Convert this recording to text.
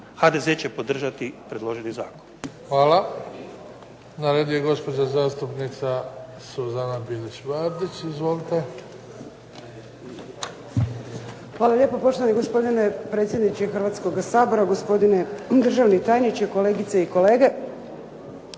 HDZ će podržati predloženi zakon.